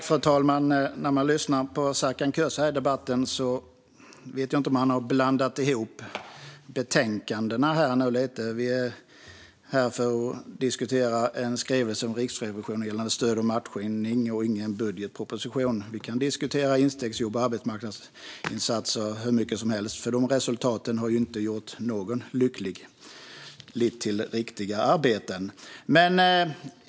Fru talman! När jag lyssnar på Serkan Köse i debatten vet jag inte om han har blandat ihop betänkandena lite. Vi är här för att diskutera en skrivelse från Riksrevisionen gällande stöd och matchning och inte någon budgetproposition. Vi kan diskutera instegsjobb och arbetsmarknadsinsatser hur mycket som helst. De resultaten har inte gjort någon lycklig eller lett till riktiga arbeten.